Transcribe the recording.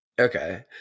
Okay